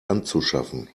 anzuschaffen